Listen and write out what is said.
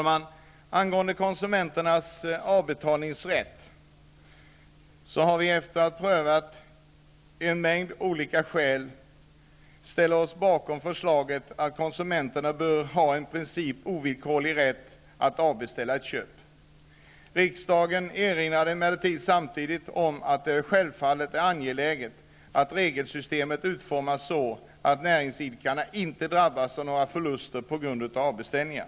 Angående konsumenternas avbetalningsrätt har vi, efter att ha prövat en mängd olika skäl, ställt oss bakom förslaget om att konsumenterna bör ha en i princip ovillkorlig rätt att avbeställa ett köp. Riksdagen erinrade emellertid samtidigt om att det självfallet är angeläget att regelsystemet utformas så, att näringsidkarna inte drabbas av några förluster på grund av avbeställningar.